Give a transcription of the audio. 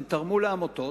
הם תרמו לעמותות,